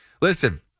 Listen